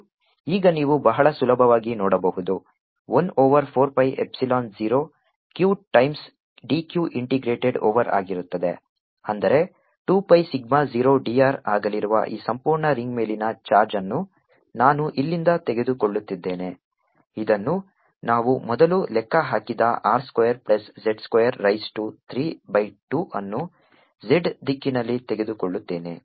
14π0qdzr2z232z z ಮತ್ತು ಈಗ ನೀವು ಬಹಳ ಸುಲಭವಾಗಿ ನೋಡಬಹುದು 1 over 4 pi epsilon 0 q times d q integrated over ಆಗಿರುತ್ತದೆ ಅಂದರೆ 2 pi ಸಿಗ್ಮಾ 0 d r ಆಗಲಿರುವ ಈ ಸಂಪೂರ್ಣ ರಿಂಗ್ ಮೇಲಿನ ಚಾರ್ಜ್ ಅನ್ನು ನಾನು ಇಲ್ಲಿಂದ ತೆಗೆದುಕೊಳ್ಳುತ್ತಿದ್ದೇನೆ ಇದನ್ನು ನಾವು ಮೊದಲು ಲೆಕ್ಕ ಹಾಕಿದ r square plus z square raise to 3 by 2 ಅನ್ನು z ದಿಕ್ಕಿನಲ್ಲಿ ತೆಗೆದುಕೊಳ್ಳುತ್ತೇನೆ